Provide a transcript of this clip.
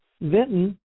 Vinton